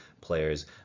players